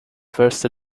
first